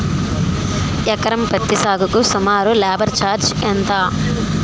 ఎకరం పత్తి సాగుకు సుమారు లేబర్ ఛార్జ్ ఎంత?